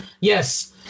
yes